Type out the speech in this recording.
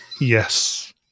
Yes